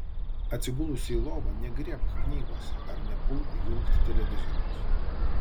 atsigulusi į lovą negriebk knygos ar nepulk jungti televizoriaus